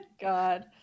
god